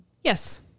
Yes